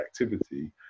activity